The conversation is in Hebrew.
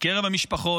בקרב המשפחות.